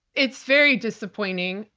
it's very disappointing.